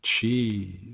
cheese